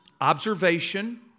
observation